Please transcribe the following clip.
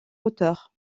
auteur